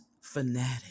fanatic